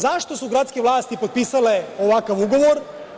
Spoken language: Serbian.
Zašto su gradske vlasti potpisale ovakav ugovor?